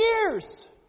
years